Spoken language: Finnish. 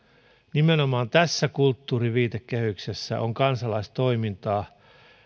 nimenomaan tässä kulttuurin viitekehyksessä on kansalaistoimintaa